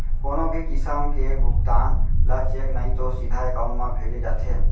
कोनो भी किसम के भुगतान ल चेक नइ तो सीधा एकाउंट म भेजे जाथे